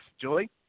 Julie